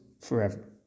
forever